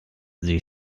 sie